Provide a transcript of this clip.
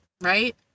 right